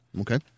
Okay